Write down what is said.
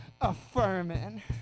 affirming